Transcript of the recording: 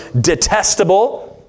detestable